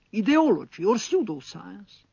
ideology or pseudoscience?